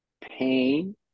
pain